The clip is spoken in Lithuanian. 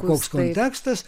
koks kontekstas